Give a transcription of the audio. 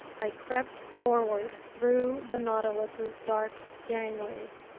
i crept forward through the nautilus's dark gangways,